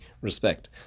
respect